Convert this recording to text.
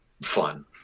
fun